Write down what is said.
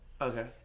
Okay